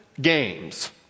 games